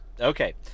Okay